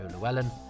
Llewellyn